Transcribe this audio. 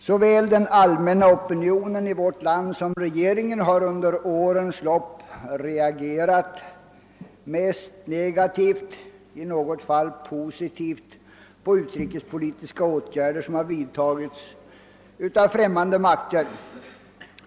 Såväl den allmänna opinionen i vårt land som regeringen har under årens lopp reagerat — mest negativt, i något fall positivt — på utrikespolitiska åtgärder som vidtagits av främmande makter.